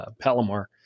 Palomar